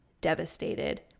devastated